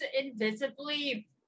invisibly